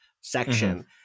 section